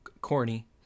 Corny